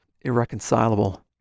irreconcilable